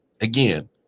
again